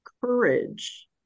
courage